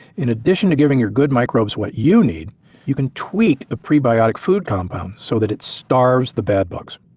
in addition to giving your good microbes what you need you can tweak a prebiotic food compound so that it starves the bad bugs.